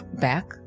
back